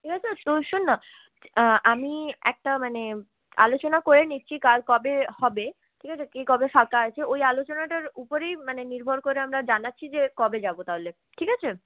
ঠিক আছে তো শোন না আমি একটা মানে আলোচনা করে নিচ্ছি কাল কবে হবে ঠিক আছে কে কবে ফাঁকা আছে ওই আলোচনাটার উপরেই মানে নির্ভর করে আমরা জানাছি যে কবে যাব তাহলে ঠিক আছে